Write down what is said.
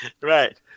Right